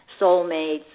soulmates